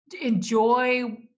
enjoy